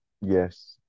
yes